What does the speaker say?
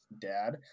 dad